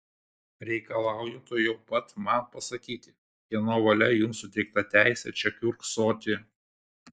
reikalauju tuojau pat man pasakyti kieno valia jums suteikta teisė čia kiurksoti